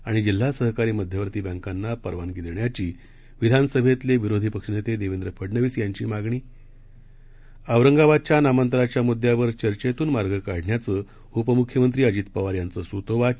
आणिजिल्हासहकारीमध्यवर्तीबँकांनापरवानगीदेण्याचीविधानसभेतलेविरोधीपक्षनेतेदेवेंद्रफडनवीसयांची मागणी औरंगाबादच्या नामांतराच्या मुद्यावर चर्चेतून मार्ग काढण्याचं उपमुख्यमंत्री अजित पवार यांचं सूतोवाच